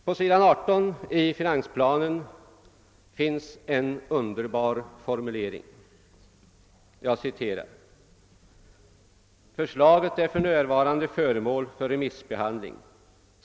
På s. 18 i finansplanen finns en underbar formulering: »Förslaget är f.n. föremål för remissbehandling.